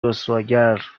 رسواگر